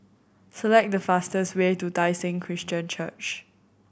select the fastest way to Tai Seng Christian Church